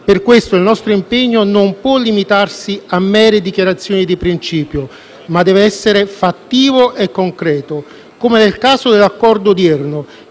Per questo il nostro impegno non può limitarsi a mere dichiarazioni di principio, ma deve essere fattivo e concreto, come nel caso dell'Accordo odierno,